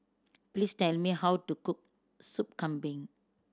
please tell me how to cook Sop Kambing